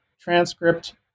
transcript